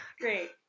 great